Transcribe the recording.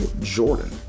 Jordan